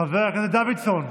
חבר הכנסת דוידסון,